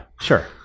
sure